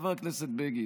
חבר הכנסת בגין,